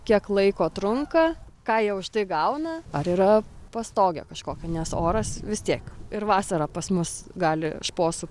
kiek laiko trunka ką jie už tai gauna ar yra pastogė kažkokia nes oras vis tiek ir vasarą pas mus gali šposų